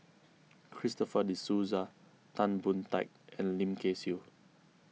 Christopher De Souza Tan Boon Teik and Lim Kay Siu